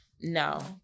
No